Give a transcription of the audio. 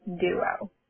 duo